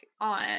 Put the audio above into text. on